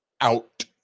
out